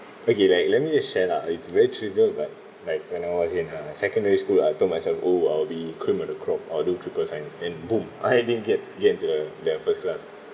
okay like let me just share lah it's very trivial but like when I was in uh secondary school I told myself oh I'll be cream of the crop I'll do triple science and boom I didn't get get into the their first class